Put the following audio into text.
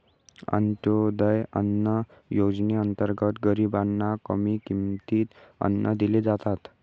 अंत्योदय अन्न योजनेअंतर्गत गरीबांना कमी किमतीत अन्न दिले जाते